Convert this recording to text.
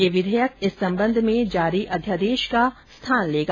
यह विधेयक इस संबंध में जारी अध्यादेश का स्थान लेगा